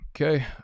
Okay